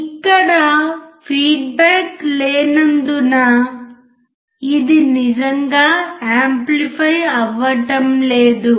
ఇక్కడ ఫీడ్బ్యాక్ లేనందున ఇది నిజంగా యాంప్లిఫై అవ్వటం లేదు